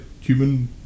human